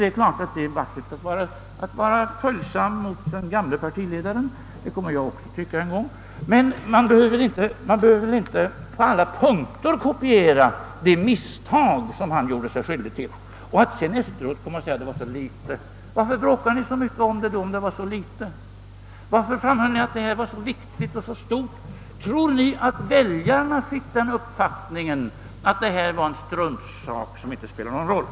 Det är givetvis vackert att vara följsam mot den gamle partiledaren — det kommer också jag att tycka om en gång — men man behöver väl inte på alla punkter kopiera de misstag som herr Hjalmarson gjorde sig skyldig till och sedan efteråt komma och säga att det var fråga om så litet. Varför bråkar ni då, om det var så litet? Varför framhöll ni för väljarna att förslaget var så viktigt och så stort? Tror ni att väljarna fick den uppfattningen att det var fråga om en struntsak som inte spelade någon roll?